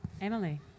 Emily